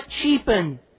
cheapen